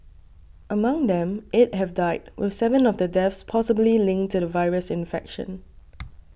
among them eight have died with seven of the deaths possibly linked to the virus infection